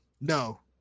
no